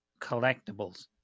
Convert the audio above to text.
collectibles